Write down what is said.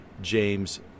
James